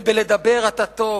ובלדבר אתה טוב,